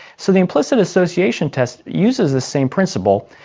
so the implicit association test uses the same principle,